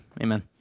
Amen